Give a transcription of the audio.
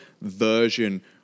version